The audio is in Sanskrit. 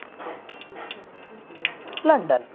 लण्डन्